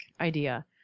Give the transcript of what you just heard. idea